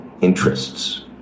interests